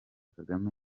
kagame